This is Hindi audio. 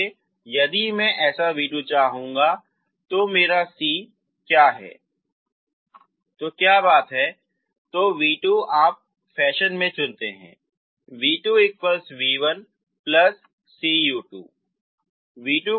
इसलिए यदि मैं ऐसा v2 चाहता हूं तो मेरा c क्या है तो बात क्या है